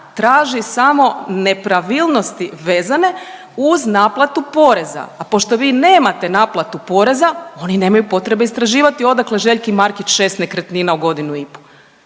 traži samo nepravilnosti vezane uz naplatu poreza, a pošto vi nemate naplatu poreza oni nemaju potrebe istraživati odakle Željki Markić 6 nekretnina u godinu i po.